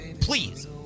please